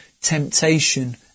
temptation